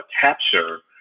capture